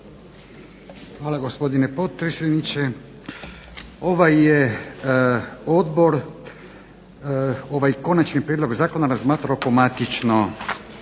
Hvala gospodine potpredsjedniče. Ovaj Odbor, ovaj Konačni prijedlog zakona je razmatrao kao matično